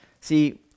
See